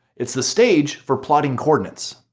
it's the stage for plotting coordinates.